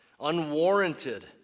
unwarranted